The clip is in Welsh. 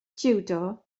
jiwdo